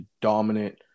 dominant